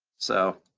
so